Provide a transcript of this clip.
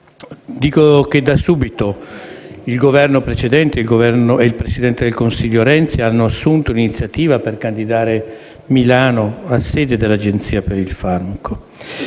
europea). Da subito il Governo precedente e l'allora presidente del Consiglio Renzi hanno assunto l'iniziativa per candidare Milano a sede per l'Agenzia europea per il farmaco,